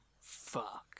Fuck